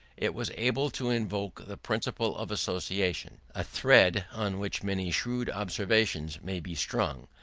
it was able to invoke the principle of association a thread on which many shrewd observations may be strung,